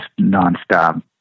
nonstop